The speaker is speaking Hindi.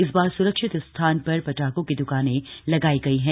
इस बार सुरक्षित स्थान पर पटाख़ों की द्रकानें लगाई गई हैं